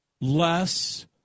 less